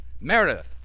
Meredith